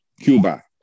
Cuba